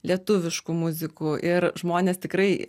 lietuviškų muzikų ir žmonės tikrai